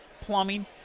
plumbing